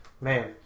Man